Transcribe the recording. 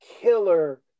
killer